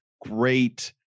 great